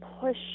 push